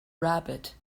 rabbit